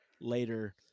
later